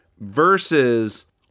versus